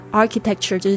architecture